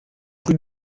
rue